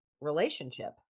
relationship